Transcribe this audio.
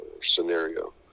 scenario